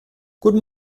guten